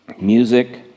music